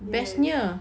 yes